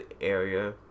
area